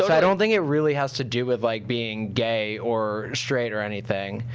but i don't think it really has to do with like being gay or straight or anything.